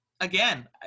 Again